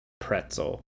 pretzel